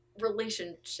relationship